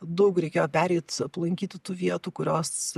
daug reikėjo pereit aplankyti tų vietų kurios